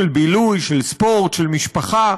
של בילוי, של ספורט, של משפחה,